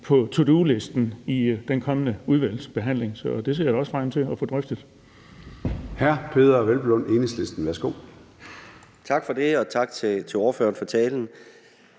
på to do-listen i den kommende udvalgsbehandling. Så det ser jeg da også frem til at få drøftet.